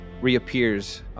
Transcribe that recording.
reappears